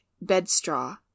bedstraw